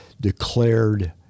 declared